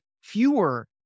fewer